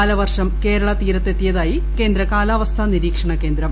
കാലവർഷം കേരള് തീരത്തെത്തിയതായി കേന്ദ്ര ന് കാലാവസ്ഥാ നിരീക്ഷണ കേന്ദ്രം